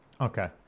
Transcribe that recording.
Okay